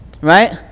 right